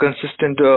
consistent